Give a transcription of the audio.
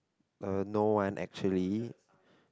uh no one actually